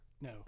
No